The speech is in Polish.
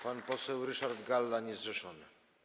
Pan poseł Ryszard Galla, niezrzeszony.